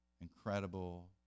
incredible